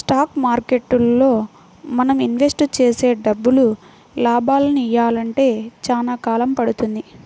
stock మార్కెట్టులో మనం invest చేసే డబ్బులు లాభాలనియ్యాలంటే చానా కాలం పడుతుంది